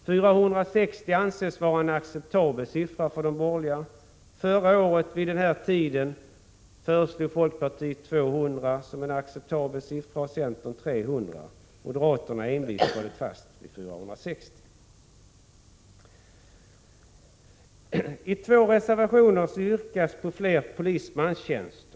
460 anses vara en acceptabel siffra för de borgerliga. Förra året vid den här tiden föreslog folkpartiet 200 som en acceptabel siffra och centern 300. Moderaterna har envist hållit fast vid 460. I två reservationer yrkas på fler polismanstjänster.